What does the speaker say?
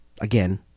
Again